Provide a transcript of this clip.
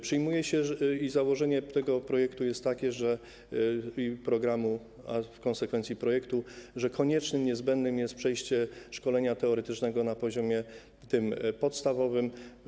Przyjmuje się i założenie tego projektu jest takie - programu, a w konsekwencji projektu - że konieczne, niezbędne jest przejście szkolenia teoretycznego na poziomie podstawowym.